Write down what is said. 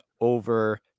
over